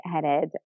headed